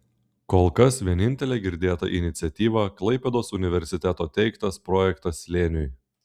kol kas vienintelė girdėta iniciatyva klaipėdos universiteto teiktas projektas slėniui